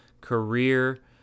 career